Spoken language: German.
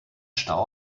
stau